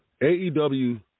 AEW